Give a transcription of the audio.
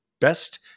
best